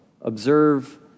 Observe